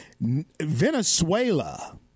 Venezuela